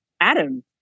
Adam